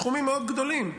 סכומים מאוד גדולים.